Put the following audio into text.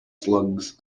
slugs